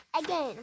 again